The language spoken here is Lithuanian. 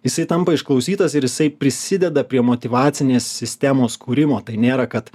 jisai tampa išklausytas ir jisai prisideda prie motyvacinės sistemos kūrimo tai nėra kad